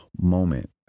moment